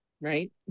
right